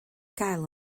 gael